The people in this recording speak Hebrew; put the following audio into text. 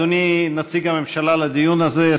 אדוני נציג הממשלה לדיון הזה,